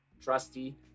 trusty